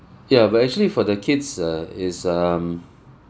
ya but actually for the kids uh is um